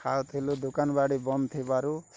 ଖାଉଥିଲୁ ଦୋକାନବାଡ଼ି ବନ୍ଦ ଥିବାରୁ